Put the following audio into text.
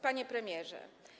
Panie Premierze!